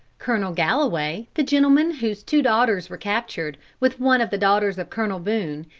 colonel galloway, the gentleman whose two daughters were captured, with one of the daughters of colonel boone,